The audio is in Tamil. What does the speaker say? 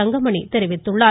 தங்கமணி தெரிவித்துள்ளார்